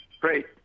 Great